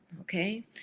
Okay